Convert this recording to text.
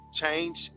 Change